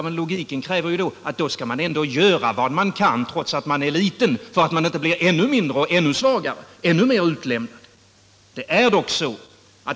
Men logiken kräver då att man skall göra vad man kan trots att man är liten, för att inte bli ännu mindre, ännu svagare och ännu mer utlämnad.